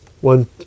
One